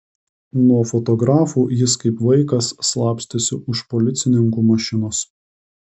nuo fotografų jis kaip vaikas slapstėsi už policininkų mašinos